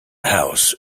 house